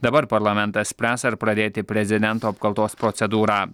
dabar parlamentas spręs ar pradėti prezidento apkaltos procedūrą